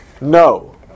No